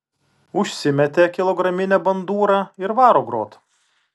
užsimetė kilograminę bandūrą ir varo grot